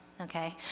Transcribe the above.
okay